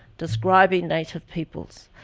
describing native peoples.